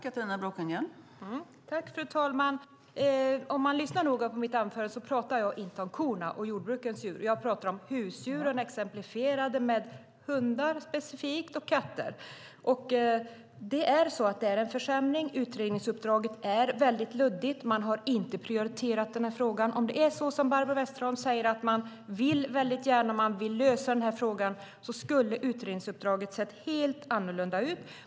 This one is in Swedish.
Fru talman! Jag talade inte om kor och jordbruksdjur i mitt anförande utan om husdjur och exemplifierade med hundar och katter. Utredningsuppdraget är luddigt, och man har inte prioriterat denna fråga. Om det vore som Barbro Westerholm säger att man vill lösa frågan skulle utredningsuppdraget ha sett helt annorlunda ut.